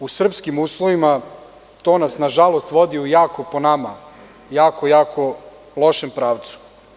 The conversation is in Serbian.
U srpskim uslovima to nas, nažalost, vodi u jako, jako lošem pravcu.